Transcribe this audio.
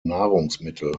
nahrungsmittel